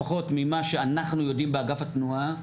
לפחות ממה שאנחנו יודעים באגף התנועה,